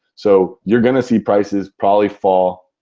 so you're going to see prices probably fall.